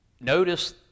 Notice